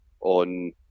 on